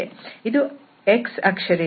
ಇದು x ಅಕ್ಷರೇಖೆ